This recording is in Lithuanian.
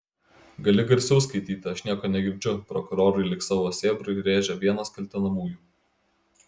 gali garsiau skaityti aš nieko negirdžiu prokurorui lyg savo sėbrui rėžė vienas kaltinamųjų